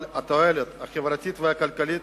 אבל התועלת החברתית והכלכלית